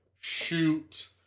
shoot